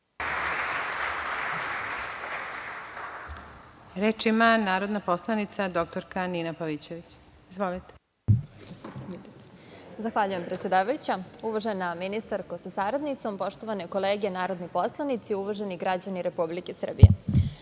Reč ima narodna poslanica dr Nina Pavićević. Izvolite. **Nina Pavićević** Zahvaljujem, predsedavajuća. Uvažena ministarko sa saradnicom, poštovane kolege narodi poslanici, uvaženi građani Republike Srbije,